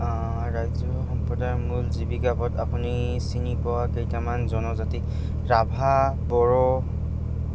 ৰাজ্য সম্প্ৰদায়ৰ মূল জীৱিক পদ আপুনি চিনি পোৱা কেইটামান জনজাতি ৰাভা বড়ো